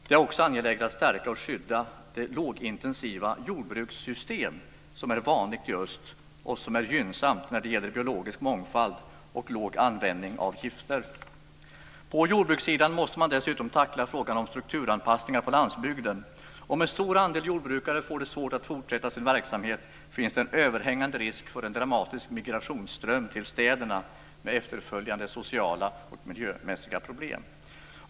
Det är också angeläget att stärka och skydda det lågintensiva jordbrukssystem som är vanligt i öst och som är gynnsamt när det gäller biologisk mångfald och låg användning av gifter. På jordbrukssidan måste man dessutom tackla frågorna om strukturanpassningar på landsbygden. Om en stor andel jordbrukare får det svårt att fortsätta sin verksamhet finns det en överhängande risk för en dramatisk migrationsström till städerna med efterföljande sociala och miljömässiga problem.